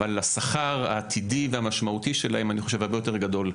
אבל השכר העתידי והמשמעותי שלהם אני חושב הרבה יותר גדול.